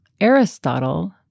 Aristotle